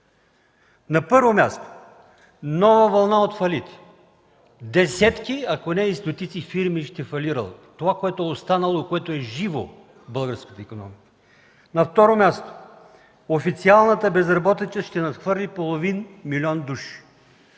На първо място, нова вълна от фалити. Десетки, ако не и стотици, фирми ще фалират – това, което е останало, което е живо в българската икономика. На второ място, официалната безработица ще надхвърли половин милион души.